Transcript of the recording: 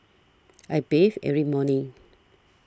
I bathe every morning